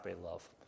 love